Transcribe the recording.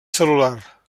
cel·lular